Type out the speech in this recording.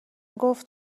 گفت